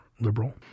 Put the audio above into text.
liberal